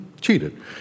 Cheated